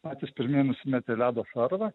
patys pirmieji nusimetė ledo šarvą